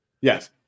Yes